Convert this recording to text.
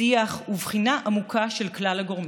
שיח ובחינה עמוקה של כלל הגורמים.